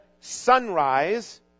sunrise